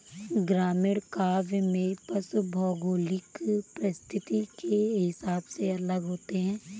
ग्रामीण काव्य में पशु भौगोलिक परिस्थिति के हिसाब से अलग होते हैं